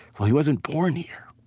well, he wasn't born here.